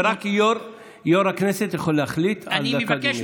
ורק יו"ר הכנסת יכול להחליט על דקת דומייה.